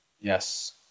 Yes